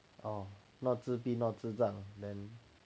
哦 not 自闭 not 智障 then